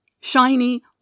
Shiny